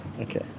Okay